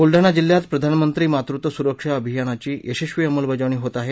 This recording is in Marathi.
बुलडाणा जिल्ह्यात प्रधानमंत्री मातृत्व सुरक्षा अभियानाची यशस्वी अंमलबजावणी होत आहे